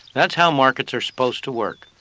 that is how markets are supposed to work.